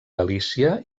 galícia